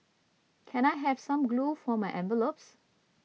can I have some glue for my envelopes